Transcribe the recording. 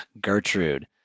Gertrude